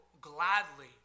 gladly